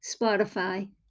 Spotify